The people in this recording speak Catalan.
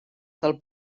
del